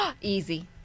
Easy